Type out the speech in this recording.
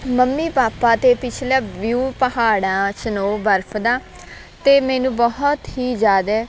mummy papa ਅਤੇ ਪਿਛਲਾ view ਪਹਾੜਾਂ ਸਨੋ ਬਰਫ ਦਾ ਅਤੇ ਮੈਨੂੰ ਬਹੁਤ ਹੀ ਜ਼ਿਆਦਾ